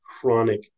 chronic